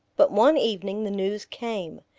but one evening the news came.